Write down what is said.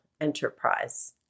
enterprise